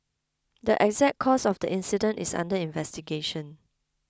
the exact cause of the incident is under investigation